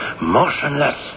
Motionless